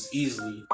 easily